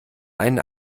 einen